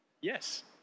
Yes